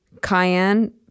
cayenne